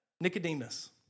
Nicodemus